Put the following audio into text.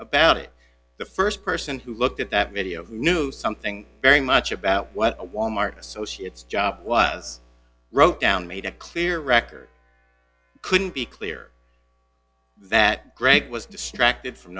about it the st person who looked at that video knew something very much about what wal mart associates job was wrote down made a clear record couldn't be clear that greg was distracted from